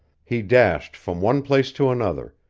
he dashed from one place to another,